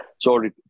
Sorry